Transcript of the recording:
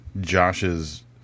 Josh's